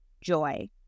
joy